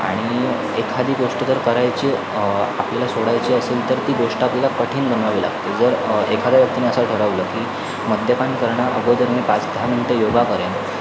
आणि एखादी गोष्ट जर करायची आपल्याला सोडायची असेल तर ती गोष्ट आपल्याला कठीण बनवावी लागते जर एखाद्या व्यक्तीने असं ठरवलं की मद्यपान करण्याअगोदर मी पाच दहा मिनटं योग करेन